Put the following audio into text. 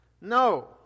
No